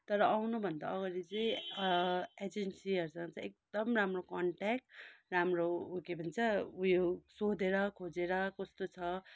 तर आउनु भन्दा अगाडि चाहिँ एजेन्सीहरूसँग चाहिँ एकदम राम्रो कन्ट्याक्ट राम्रो ऊ के भन्छ उयो सोधेर खोजेर कस्तो छ